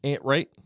Right